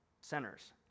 centers